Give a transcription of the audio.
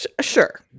Sure